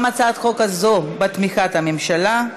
גם הצעת החוק הזאת בתמיכת הממשלה.